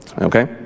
Okay